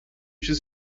should